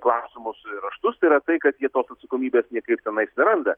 klausimus ir raštus tai yra tai kad jie tos atsakomybės niekaip tenais neranda